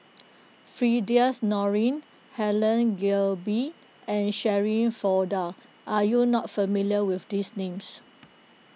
Firdaus Nordin Helen Gilbey and Shirin Fozdar are you not familiar with these names